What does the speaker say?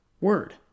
word